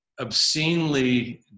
obscenely